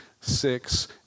six